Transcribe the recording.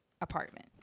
apartment